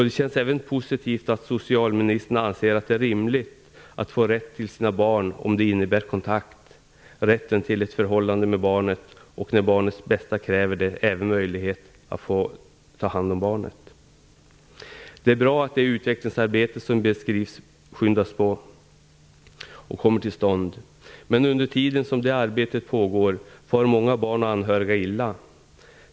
Det känns även positivt att socialministern anser att det är rimligt att få rätt till sitt barnbarn om det innebär kontakt - rätten till ett förhållande - med barnet och, när barnets bästa kräver det, även en möjlighet att få ta hand om barnet. Det är bra att det utvecklingsarbete som beskrivs skyndas på och kommer till stånd. Men under tiden som det arbetet pågår far många barn och anhöriga illa.